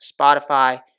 Spotify